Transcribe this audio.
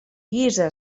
guisa